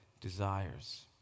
desires